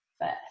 first